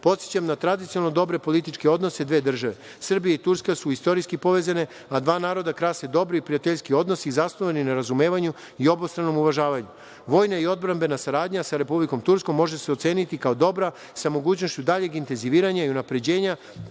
države. Podsećam na tradicionalno dobre političke odnose dve države. Srbija i Turska su istorijski povezane, a dva naroda krase dobri i prijateljski odnosi zasnovani na razumevanju i obostranom uvažavanju. Vojna i odbrambena saradnja sa Republikom Turskom može se oceniti kao dobra sa mogućnošću daljeg intenziviranja i unapređenja,